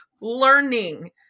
learning